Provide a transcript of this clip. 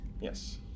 Yes